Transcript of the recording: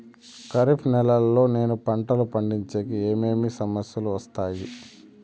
ఖరీఫ్ నెలలో నేను పంటలు పండించేకి ఏమేమి సమస్యలు వస్తాయి?